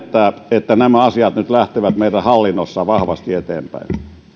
että nämä asiat nyt lähtevät meidän hallinnossa vahvasti eteenpäin